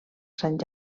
sant